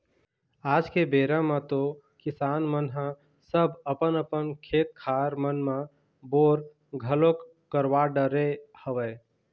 आज के बेरा म तो किसान मन ह सब अपन अपन खेत खार मन म बोर घलोक करवा डरे हवय